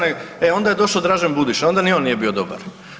E onda je došao Dražen Budiša, onda ni on nije bio dobar.